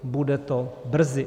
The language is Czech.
Bude to brzy.